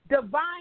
divine